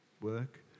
work